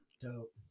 Dope